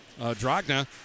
Dragna